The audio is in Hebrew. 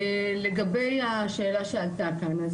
לגבי השאלה שעלתה כאן,